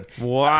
Wow